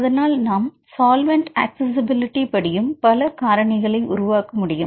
அதனால் நாம் solvent accessibility படியும் பல காரணிகளை உருவாக்க முடியும்